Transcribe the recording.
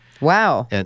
Wow